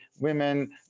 women